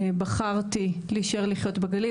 בחרתי להישאר לגור בגליל,